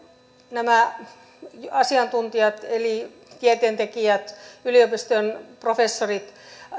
nämä asiantuntijat eli tieteentekijät yliopistojen professorit